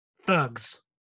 Thugs